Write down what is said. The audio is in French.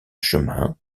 chemin